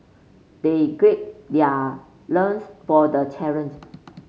they grade their loins for the challenge